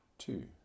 Two